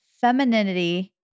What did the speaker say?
femininity